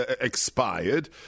expired